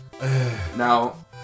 Now